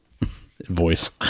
voice